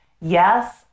yes